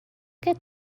get